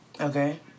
Okay